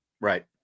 Right